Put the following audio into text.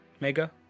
Mega